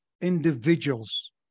individuals